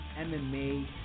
MMA